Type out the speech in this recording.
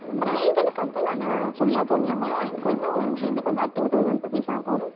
ப்ரைடலுக்கு வந்து நல்லா ஃபுல்லாக போடணுங்க அதுக்கு வந்து ஒன் ஹேண்டுக்கு வந்து ஒரு டூ தௌசண்ட் ருபீஸ் ஆகும்